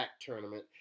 tournament